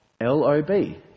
L-O-B